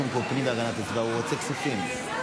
(תיקון,